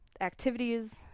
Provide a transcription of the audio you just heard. activities